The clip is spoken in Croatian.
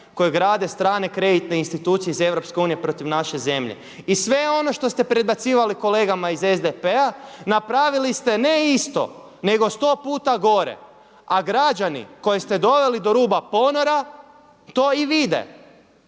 kojeg grade strane kreditne institucije iz EU protiv naše zemlje. I sve ono što ste predbacivali kolegama iz SDP-a napravili ste ne isto nego sto puta gore. A građani koje ste doveli do ruba ponora to i vide.